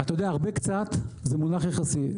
אתה יודע, הרבה קצת זה מונח יחסי.